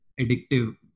addictive